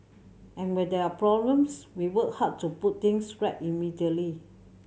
and when there are problems we work hard to put things right immediately